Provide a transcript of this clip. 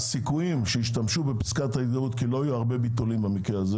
הסיכויים שישתמשו בפסקת התגברות לא יהיו הרבה ביטולים במקרה הזה